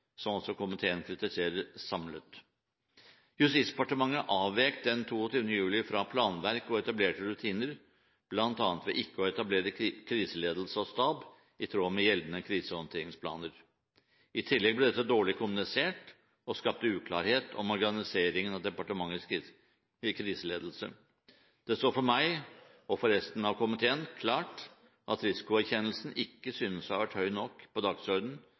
som også komiteen kritiserer samlet. Justisdepartementet avvek den 22. juli fra planverk og etablerte rutiner, bl.a. ved ikke å etablere kriseledelse og stab i tråd med gjeldende krisehåndteringsplaner. I tillegg ble dette dårlig kommunisert og skapte uklarhet om organiseringen og departementets kriseledelse. Det står for meg og resten av komiteen klart at risikoerkjennelsen ikke synes å ha vært høyt nok oppe på